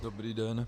Dobrý den.